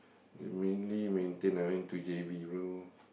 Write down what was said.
uh mainly maintain I went to J_B bro